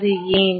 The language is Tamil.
அது ஏன்